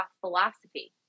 philosophy